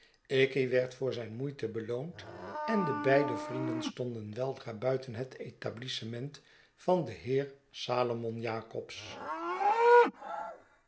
ikey werd voor zijn moeite beloond en de beide vrienden stonden weldra buiten het etablissement van den heer salomon jacobs